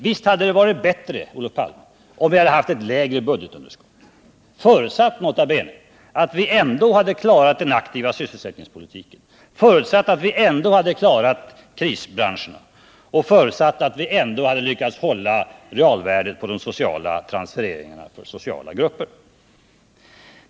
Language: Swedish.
Visst hade det varit bättre, Olof Palme, om vi hade haft ett lägre budgetunderskott, nota bene förutsatt att vi ändå hade klarat den aktiva sysselsättningspolitiken och krisbranscherna och att vi ändå hade lyckats upprätthålla realvärdet på de sociala transfereringarna till olika grupper.